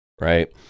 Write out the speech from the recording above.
right